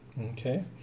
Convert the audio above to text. Okay